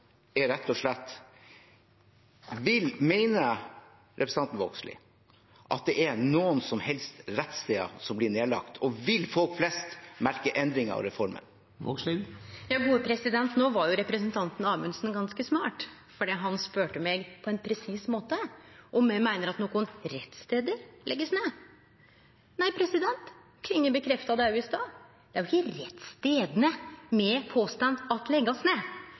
rett og slett: Mener representanten Vågslid at det er noen som helst rettssteder som blir nedlagt, og vil folk flest merke endringer av reformen? No var representanten Amundsen ganske smart, for han spurde meg på ein presis måte om eg meiner at nokon rettsstader blir lagde ned. Nei, representanten Klinge bekrefta det òg i stad – det er